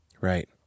Right